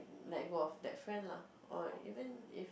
like go off that friend lah or even if